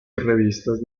revistas